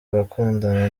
abakundana